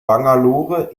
bangalore